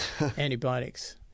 antibiotics